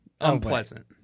unpleasant